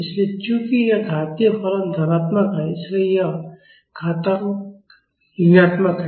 इसलिए चूँकि यह घातीय फलन धनात्मक है इसलिए यह घातांक ऋणात्मक है